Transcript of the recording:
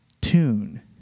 tune